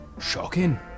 shocking